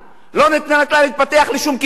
לא נותנת לה להתפתח לשום כיוון.